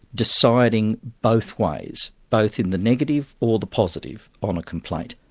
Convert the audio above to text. deciding both ways, both in the negative or the positive on a complaint.